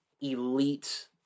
elite